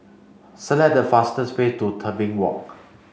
select the fastest way to Tebing Walk